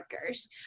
workers